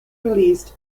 released